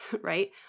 right